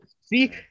See